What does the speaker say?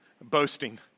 boasting